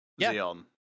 Xeon